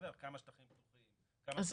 --- כמה שטחים פתוחים, כמה שטחים חקלאיים?